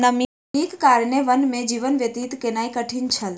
नमीक कारणेँ वन में जीवन व्यतीत केनाई कठिन छल